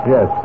Yes